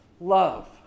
love